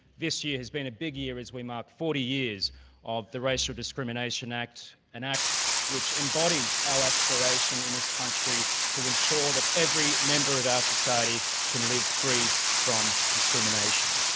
this year has been a big year as we mark forty years of the racial discrimination act, an act which embodies our aspiration in this country to ensure that every member of our society can live free from discrimination.